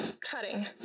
cutting